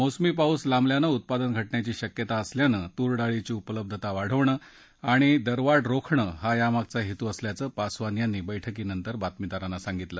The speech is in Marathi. मोसमी पाऊस लांबल्यानं उत्पादन घटण्याची शक्यता असल्यानं तूर डाळीची उपलब्धता वाढवणं आणि दरवाढ रोखणं हा यामागचा हेतू असल्याचं पासवान यांनी बैठकीनंतर बातमीदारांना सांगितलं